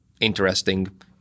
interesting